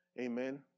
Amen